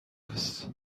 است